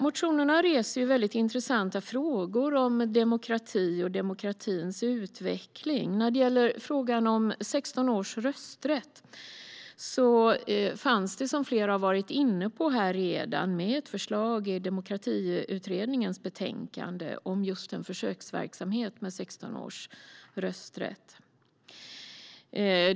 Motionerna reser intressanta frågor om demokrati och demokratins utveckling. När det gäller frågan om rösträtt från 16 år fanns det, som flera här redan har varit inne på, med ett förslag i Demokratiutredningens betänkande om just en försöksverksamhet med rösträtt från 16 år.